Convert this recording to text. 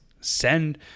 send